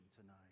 tonight